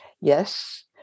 Yes